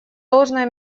должное